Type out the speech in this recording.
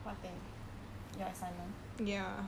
what thing your assignment